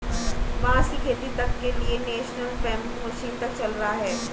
बांस की खेती तक के लिए नेशनल बैम्बू मिशन तक चल रहा है